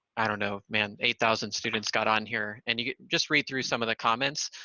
i don't know, man, eight thousand students got on here, and you, just read through some of the comments,